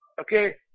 Okay